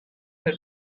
had